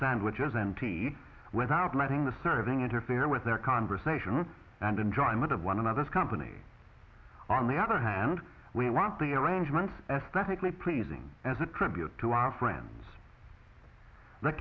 sandwiches empty without letting the serving interfere with their conversation and enjoyment of one another's company on the other hand we want the arrangement aesthetically pleasing as a tribute to our friends th